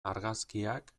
argazkiak